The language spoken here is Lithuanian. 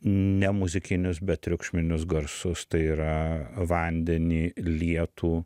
ne muzikinius bet triukšminius garsus tai yra vandenį lietų